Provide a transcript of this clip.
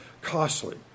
costly